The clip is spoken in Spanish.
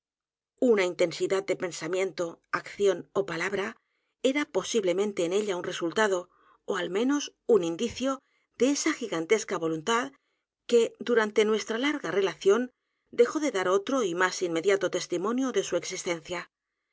una intensidad de pensamiento acción ó palabra era posiblemente en ella un resultado ó al menos u n indicio de esa gigantesca voluntad que durante nuestra l a r g a relación dejó de dar otro y m á s inmediato testimonio de su existencia